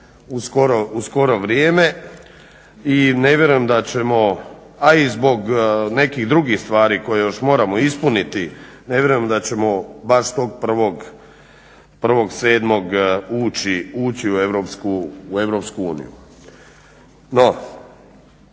u skoro vrijeme i ne vjerujem da ćemo a i zbog nekih drugih stvari koje moramo ispuniti, ne vjerujem da ćemo baš tog 1.7. ući u EU.